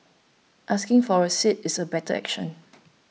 asking for a seat is a better action